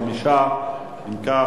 5. אם כך,